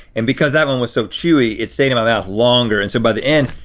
and because that one was so chewy, it stayed in my mouth longer. and so by the end,